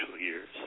years